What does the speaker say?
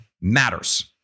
matters